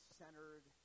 centered